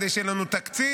כדי שיהיה לנו תקציב,